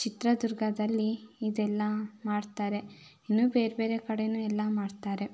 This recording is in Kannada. ಚಿತ್ರದುರ್ಗದಲ್ಲಿ ಇದೆಲ್ಲ ಮಾಡ್ತಾರೆ ಇನ್ನೂ ಬೇರೆ ಬೇರೆ ಕಡೆಯೂ ಎಲ್ಲ ಮಾಡ್ತಾರೆ